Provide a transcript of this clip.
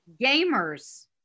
Gamers